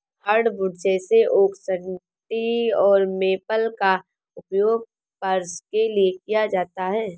hardwood जैसे oak सन्टी और मेपल का उपयोग फर्श के लिए किया जाता है